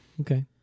Okay